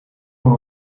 voor